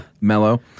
Mellow